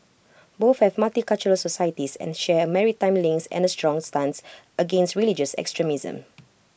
both have multicultural societies and share maritime links and A strong stance against religious extremism